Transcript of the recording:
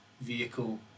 vehicle